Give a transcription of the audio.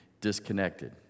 disconnected